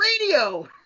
radio